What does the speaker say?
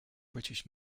british